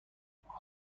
میدمهر